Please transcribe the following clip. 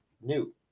new